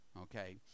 Okay